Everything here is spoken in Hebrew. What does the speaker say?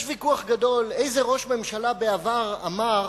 יש ויכוח גדול איזה ראש ממשלה בעבר אמר: